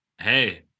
Hey